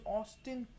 Austin